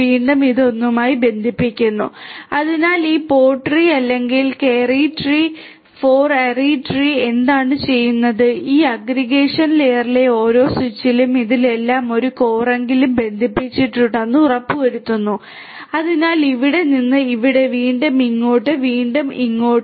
വീണ്ടും ഇതൊന്നുമായി ബന്ധിപ്പിക്കാൻ പോകുന്നു അതിനാൽ ഈ പോഡ് ട്രീ അല്ലെങ്കിൽ കെറി അല്ലെങ്കിൽ 4 ആരി ട്രീ എന്താണ് ചെയ്യുന്നത് ഈ അഗ്രിഗേഷൻ ലെയറിലെ ഓരോ സ്വിച്ചും ഇതിലെല്ലാം ഒരു കോറെങ്കിലും ബന്ധിപ്പിച്ചിട്ടുണ്ടെന്ന് ഉറപ്പുവരുത്തുന്നു അതിനാൽ ഇവിടെ നിന്ന് ഇവിടെ വീണ്ടും ഇവിടെ ഇങ്ങോട്ട് വീണ്ടും ഇങ്ങോട്ട് ഇങ്ങോട്ട്